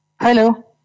Hello